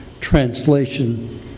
translation